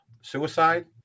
suicide